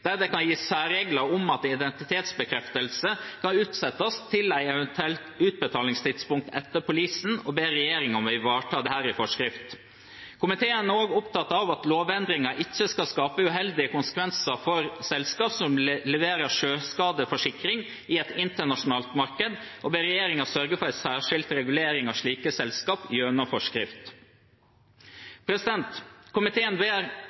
der det kan gis særregler om at identitetsbekreftelse kan utsettes til et eventuelt utbetalingstidspunkt etter polisen, og ber regjeringen om å ivareta dette i forskrift. Komiteen er også opptatt av at lovendringene ikke skal skape uheldige konsekvenser for selskaper som leverer sjøskadeforsikring i et internasjonalt marked, og ber regjeringen sørge for en særskilt regulering av slike selskaper gjennom forskrift. Komiteen ber